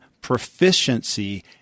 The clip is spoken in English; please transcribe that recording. proficiency